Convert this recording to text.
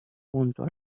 junto